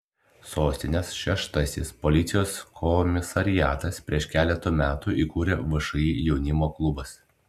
sostinės šeštasis policijos komisariatas prieš keletą metų įkūrė všį jaunimo klubas